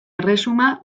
erresuma